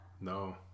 No